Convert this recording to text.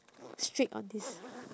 strict on this